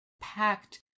packed